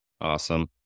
Awesome